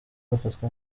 bafatwa